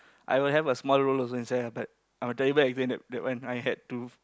I will have a small role also inside ah but I'm a terrible actor in that that one I had to